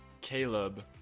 Caleb